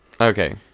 Okay